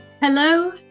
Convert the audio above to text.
hello